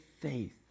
faith